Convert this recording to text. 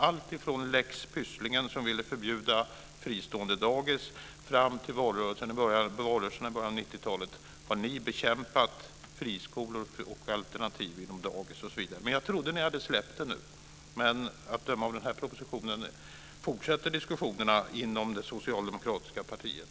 Från förslaget om lex Pysslingen, som innebar att man ville förbjuda fristående dagis, till valrörelsen i början av 90-talet har ni bekämpat friskolor och alternativ inom dagis osv. Jag trodde att ni hade släppt detta nu. Att döma av den här propositionen fortsätter diskussionerna inom det socialdemokratiska partiet.